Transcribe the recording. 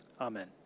Amen